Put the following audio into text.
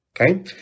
okay